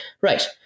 Right